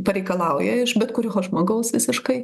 pareikalauja iš bet kurio žmogaus visiškai